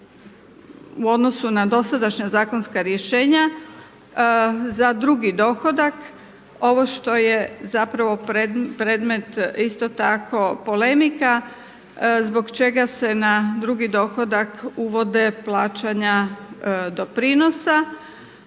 u odnosu na dosadašnja zakonska rješenja za drugi dohodak, ovo što je zapravo predmet isto tako polemika zbog čega se na drugi dohodak uvode plaćanja doprinosa.